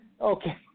Okay